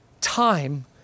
time